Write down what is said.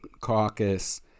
caucus